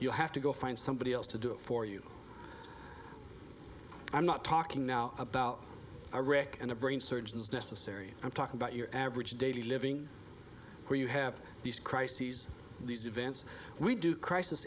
you have to go find somebody else to do it for you i'm not talking now about a rick and a brain surgeon is necessary i'm talking about your average daily living where you have these crises these events we do crisis